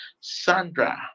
sandra